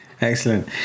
excellent